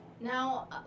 Now